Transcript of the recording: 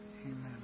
Amen